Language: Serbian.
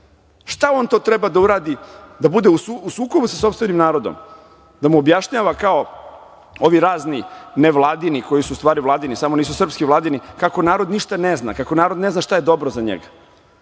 Šta on to treba da uradi? Da bude u sukobu sa sopstvenim narodom, da mu objašnjava, kao ovi razni nevladini, koji su u stvari vladini, samo nisu srpski vladini, kako narod ništa ne zna, kako narod ne zna šta je dobro za njega?